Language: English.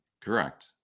Correct